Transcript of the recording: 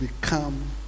become